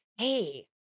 hey